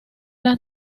las